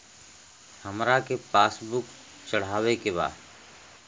हमरा के पास बुक चढ़ावे के बा?